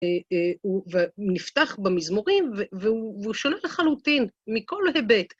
הוא נפתח במזמורים והוא שונה לחלוטין מכל היבט.